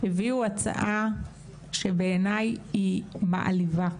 הביא הצעה שבעיני היא מעליבה,